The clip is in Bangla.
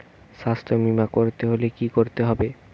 স্বাস্থ্যবীমা করতে হলে কি করতে হবে?